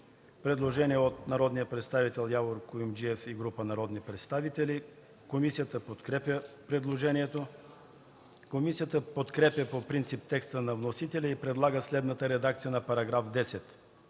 предложение от народния представител Явор Куюмджиев и група народни представители. Комисията подкрепя предложението. Комисията подкрепя по принцип текста на вносителите и предлага следната редакция на § 15,